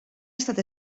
estat